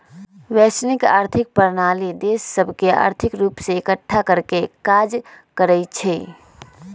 वैश्विक आर्थिक प्रणाली देश सभके आर्थिक रूप से एकठ्ठा करेके काज करइ छै